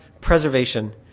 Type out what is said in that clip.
preservation